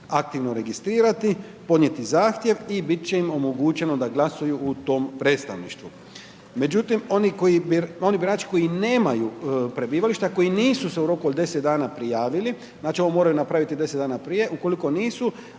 aktivno registrirati, podnijeti zahtjev i bit će im omogućeno da glasuju u tom predstavništvu. Međutim, oni birači koji nemaju prebivališta, koji nisu se u roku od 10 dana prijavili, znači, ovo moraju napraviti 10 dana prije, ukoliko nisu,